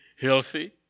healthy